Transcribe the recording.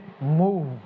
move